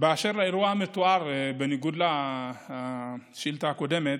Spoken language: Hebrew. אשר לאירוע המתואר, בניגוד לשאילתה הקודמת,